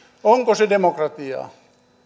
onko se demokratiaa